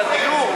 על הדיור,